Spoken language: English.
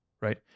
right